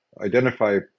identify